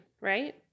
right